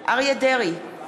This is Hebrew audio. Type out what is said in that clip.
אריה דרעי,